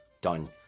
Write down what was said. Done